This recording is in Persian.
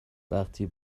وقتی